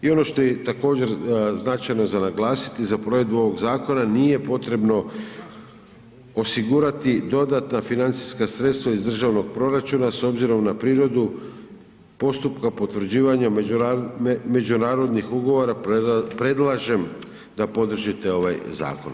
I ono što je također značajno za naglasiti za provedbu ovog zakona nije potrebno osigurati dodatna financijska sredstva iz Državnog proračuna s obzirom na prirodu postupka potvrđivanja međunarodnih ugovora predlažem da podržite ovaj zakon.